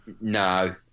No